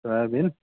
soybean